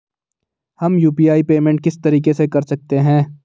हम UPI payment किस तरीके से कर सकते हैं?